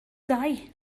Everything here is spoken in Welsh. dau